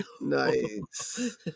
Nice